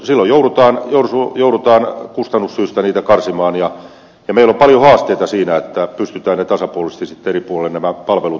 silloin joudutaan kustannussyistä niitä karsimaan ja meillä on paljon haasteita siinä että pystytään nämä palvelut tasapuolisesti sitten eri puolilla tarjoamaan